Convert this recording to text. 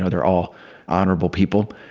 ah they're all honorable people.